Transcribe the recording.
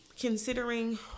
considering